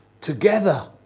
Together